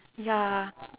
ya